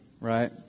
right